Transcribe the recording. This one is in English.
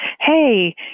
Hey